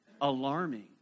alarming